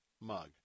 mug